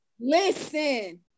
listen